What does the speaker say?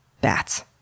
bats